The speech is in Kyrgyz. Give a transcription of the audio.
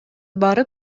барып